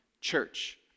church